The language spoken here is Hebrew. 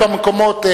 במקומות.